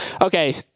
Okay